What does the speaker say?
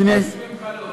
לא ביקשו ממך להוריד.